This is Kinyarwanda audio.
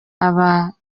aba